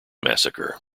massacre